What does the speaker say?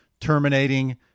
terminating